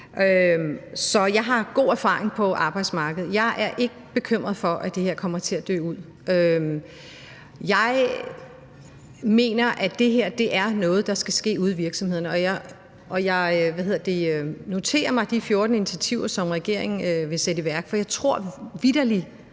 så jeg har meget erfaring fra arbejdsmarkedet. Jeg er ikke bekymret for, at det her kommer til at dø ud. Jeg mener, at det her er noget, der skal ske ude i virksomhederne, og jeg noterer mig de 14 initiativer, som regeringen vil sætte i værk, for vi har god